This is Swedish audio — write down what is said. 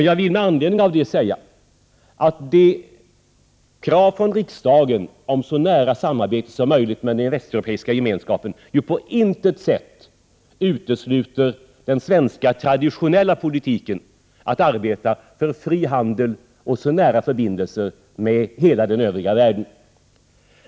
Jag vill med anledning av det säga att kravet från riksdagen om så nära samarbete som möjligt med den västeuropeiska gemenskapen på intet sätt utesluter den svenska traditionella politiken, att arbeta för fri handel och så nära förbindelser som möjligt med hela den övriga världen.